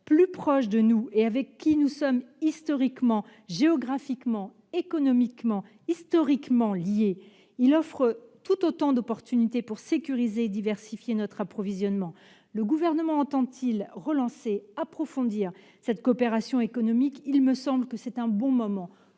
plus proche de nous et avec qui nous sommes historiquement, géographiquement, économiquement liés. Très bien ! Il offre tout autant d'opportunités pour sécuriser et diversifier notre approvisionnement. Le Gouvernement entend-il relancer et approfondir cette coopération économique ? Il me semble que c'est un bon moment